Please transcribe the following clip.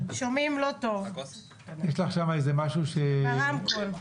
לא אמרו לי למה אני מזומנת,